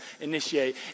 initiate